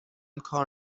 کار